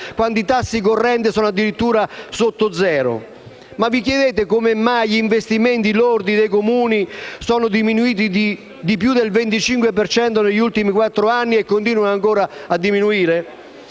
quando i tassi correnti sono addirittura sotto zero? Ma vi chiedete come mai gli investimenti lordi dei Comuni sono diminuiti di più del 25 per cento negli ultimi quattro anni e continuano ancora a diminuire?